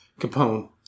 Capone